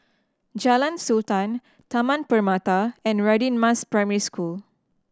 Jalan Sultan Taman Permata and Radin Mas Primary School